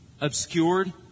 obscured